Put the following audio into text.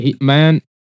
Man